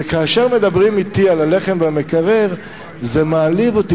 כאשר מדברים אתי על הלחם והמקרר זה מעליב אותי,